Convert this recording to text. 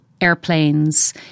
airplanes